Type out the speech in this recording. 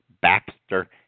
Baxter